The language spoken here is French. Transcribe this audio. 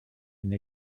une